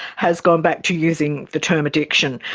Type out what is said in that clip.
has gone back to using the term addiction.